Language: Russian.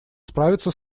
справиться